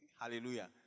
Hallelujah